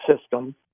system